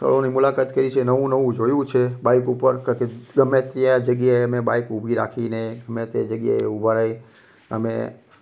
સ્થળોની મુલાકાત કરી છે નવું નવું જોયું છે બાઇક ઉપર ક કે ગમે ત્યાં જગ્યાએ મેં બાઇક ઊભી રાખીને ગમે તે જગ્યાએ ઊભા રહી અમે